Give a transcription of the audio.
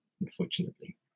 unfortunately